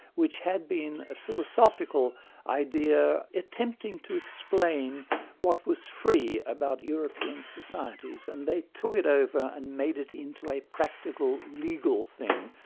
which had been a philosophical idea, attempting to explain what was free about european societies, and they took it over and made it into a practical legal thing,